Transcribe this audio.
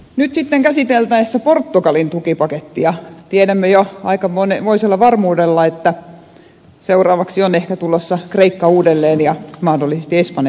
nyt sitten käsiteltäessä portugalin tukipakettia tiedämme jo aikamoisella varmuudella että seuraavaksi on ehkä tulossa kreikka uudelleen ja mahdollisesti espanja sen jälkeen